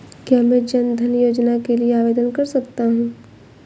क्या मैं जन धन योजना के लिए आवेदन कर सकता हूँ?